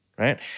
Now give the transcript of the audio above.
Right